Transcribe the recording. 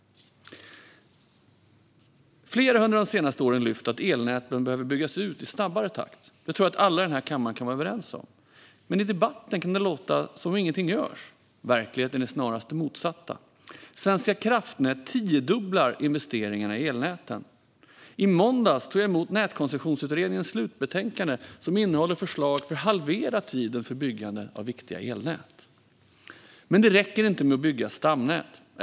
Flera har under de senaste åren lyft att elnäten behöver byggas ut i snabbare takt. Det tror jag att alla i den här kammaren kan vara överens om. I debatten kan det låta som om ingenting görs, men verkligheten är snarast den motsatta. Svenska kraftnät tiodubblar investeringarna i elnäten. I måndags tog jag emot Nätkoncessionsutredningens slutbetänkande, som innehåller förslag för att halvera tiden för byggande av viktiga elnät. Men det räcker inte att bygga stamnät.